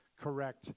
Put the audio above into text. correct